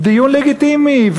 דיון לגיטימי.